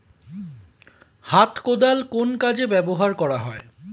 হাত কোদাল কোন কাজে ব্যবহার করা হয়?